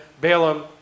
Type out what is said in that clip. Balaam